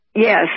Yes